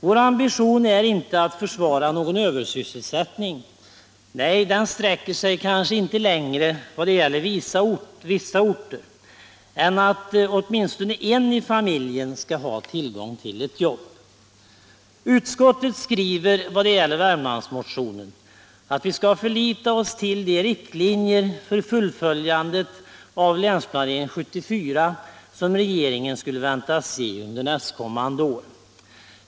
Vår ambition är inte att försvara någon översysselsättning. Nej, den sträcker sig kanske inte längre, vad det gäller vissa orter, än att åtminstone en i familjen skall ha tillgång till ett jobb. Utskottet skriver vad gäller värmlandsmotionen att vi skall förlita oss till de riktlinjer för fullföljandet av Länsplanering 74 som regeringen skulle väntas ge under nästkommande år.